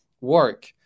work